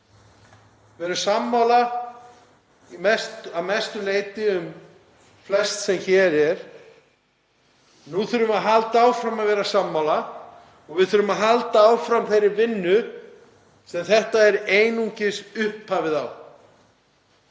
við erum sammála að mestu leyti um flest sem hér er. Nú þurfum við að halda áfram að vera sammála og við þurfum að halda áfram þeirri vinnu sem þetta er einungis upphafið að.